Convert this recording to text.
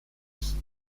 ist